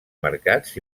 mercats